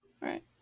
right